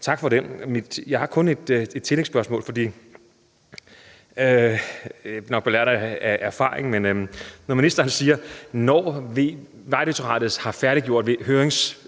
tak for den. Jeg har kun ét tillægsspørgsmål, belært af erfaringen. For ministeren siger, at når Vejdirektoratet har færdiggjort høringsprocessen,